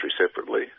separately